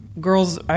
girls